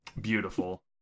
Beautiful